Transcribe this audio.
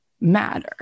matter